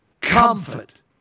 comfort